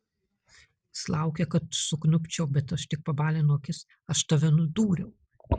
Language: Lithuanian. jis laukia kad sukniubčiau bet aš tik pabalinu akis aš tave nudūriau